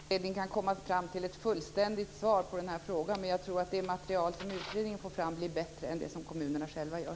Fru talman! Jag tror inte att någon utredning kan komma fram till ett fullständigt svar på den här frågan, men jag tror att det material som utredningen får fram blir bättre än det som kommunerna själva gör.